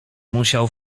musiał